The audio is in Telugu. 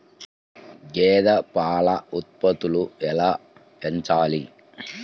గేదె పాల ఉత్పత్తులు ఎలా పెంచాలి?